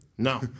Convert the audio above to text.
No